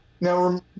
now